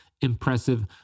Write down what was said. impressive